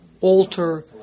alter